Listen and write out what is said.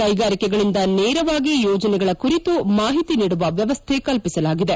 ಕೈಗಾರಿಕೆಗಳಿಂದ ನೇರವಾಗಿ ಯೋಜನೆಗಳ ಕುರಿತು ಮಾಹಿತಿ ನೀಡುವ ವ್ಯವಸ್ಥೆ ಕಲ್ಪಿಸಲಾಗಿದೆ